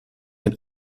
ein